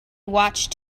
watched